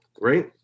right